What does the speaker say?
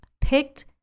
picked